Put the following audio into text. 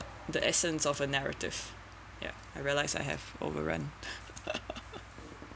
the essence of a narrative yeah I realise I have overrun